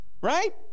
right